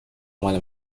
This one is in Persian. مال